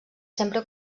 sempre